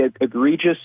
egregious